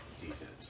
defense